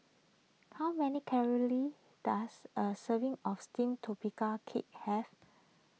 how many calories does a serving of Steamed Tapioca Cake have